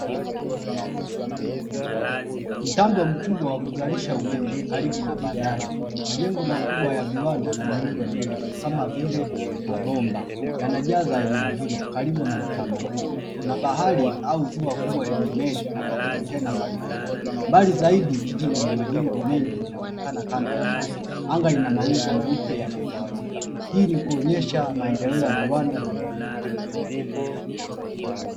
Mtambo mkubwa wa kuzalisha umeme karibu na bandari, majengo makubwa ya viwanda na miundo mirefu kama vile mabomba yanajaza eneo hilo karibu na mtambo huo. Na bahari au ziwa kubwa lenye meli na makontena bandarini, mbali zaidi jiji lenye majengo mengi linaonekana kando ya maji, anga lina mawingu meupe yaliyotawanyika hii ni kuonyesha maendeleo ya viwanda na miundombinu bora.